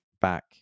back